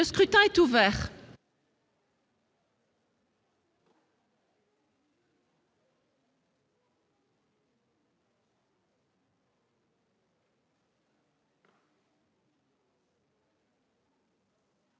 Le scrutin est ouvert.